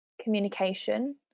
communication